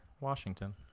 Washington